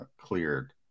cleared